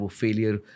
failure